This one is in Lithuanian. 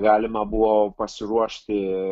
galima buvo pasiruošti